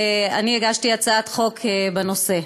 הגשתי הצעת חוק בנושא.